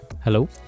Hello